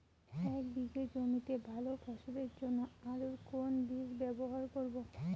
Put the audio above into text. এক বিঘে জমিতে ভালো ফলনের জন্য আলুর কোন বীজ ব্যবহার করব?